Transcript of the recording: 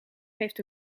heeft